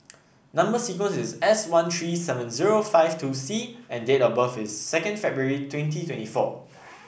number sequence is S one three seven zero four five two C and date of birth is second February twenty twenty four